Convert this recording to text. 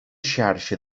xarxa